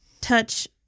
touch